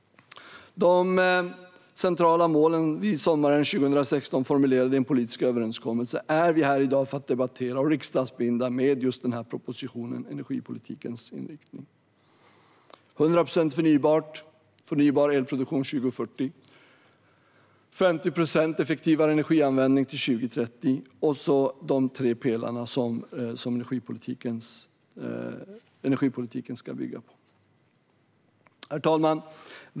De centrala mål som vi sommaren 2016 formulerade i en politisk överenskommelse är vi i dag här för att debattera och fatta beslut om med anledning av just denna proposition, Energipolitikens inriktning . Det handlar om 100 procent förnybar elproduktion 2040, 50 procent effektivare energianvändning till 2030 och de tre pelare som energipolitiken ska bygga på. Herr talman!